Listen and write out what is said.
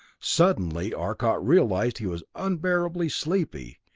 suddenly arcot realized he was unbearably sleepy.